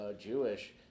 Jewish